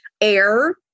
air